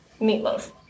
Meatloaf